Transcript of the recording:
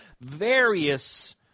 various